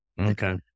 Okay